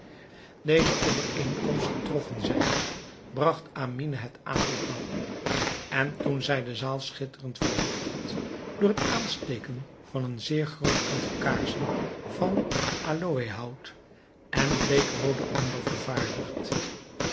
deze overeenkomst getroffen zijnde bragt amine het avondmaal op en toen zij de zaal schitterend verlicht had door het aansteken van een zeer groot aantal kaarsen van aloëhout en bleek rooden amber vervaardigd